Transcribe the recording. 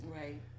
right